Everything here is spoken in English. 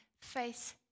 face